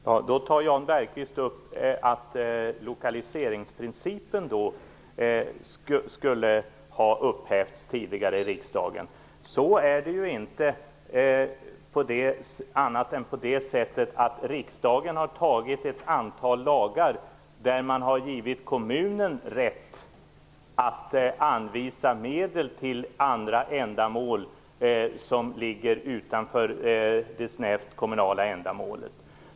Herr talman! Jan Bergqvist menar att lokaliseringsprincipen skulle ha upphävts i riksdagen tidigare. Så är det ju inte, annat än på det sättet att riksdagen har antagit ett antal lagar där man har givit kommunen rätt att anvisa medel även till ändamål som ligger utanför det snävt kommunala.